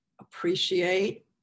appreciate